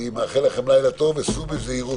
אני מאחל לכם לילה טוב, סעו בזהירות.